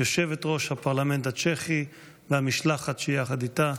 יושבת-ראש הפרלמנט הצ'כי והמשלחת שיחד איתה.